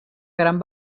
gran